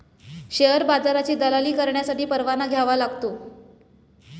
share बाजाराची दलाली करण्यासाठी परवाना घ्यावा लागतो